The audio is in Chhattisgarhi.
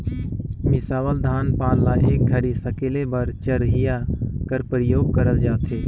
मिसावल धान पान ल एक घरी सकेले बर चरहिया कर परियोग करल जाथे